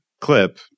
clip